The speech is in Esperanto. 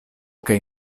kaj